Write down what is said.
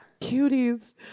Cuties